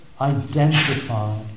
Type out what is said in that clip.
identify